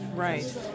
Right